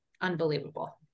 unbelievable